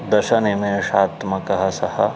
दशनिमेषात्मकः सः